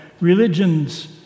religions